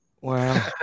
Wow